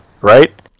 Right